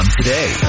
today